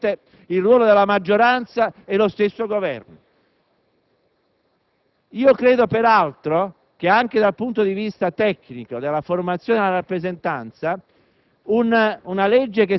fortemente il ruolo della maggioranza e lo stesso Governo. Anche dal punto di vista tecnico della formazione della rappresentanza,